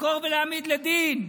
לחקור ולהעמיד לדין.